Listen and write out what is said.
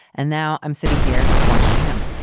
and now i'm sitting here watching him.